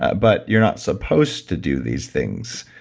ah but you're not supposed to do these things.